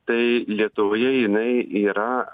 tai lietuvoje jinai yra